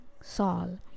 Saul